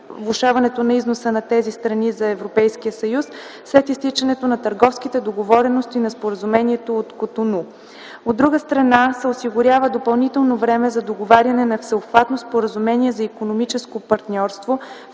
влошаването на износа на тези страни за Европейския съюз след изтичането на търговските договорености на Споразумението от Котону. От друга страна, се осигурява допълнително време за договаряне на всеобхватно споразумение за икономическо партньорство,